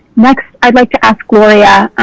next i would like to ask gloria,